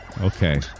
Okay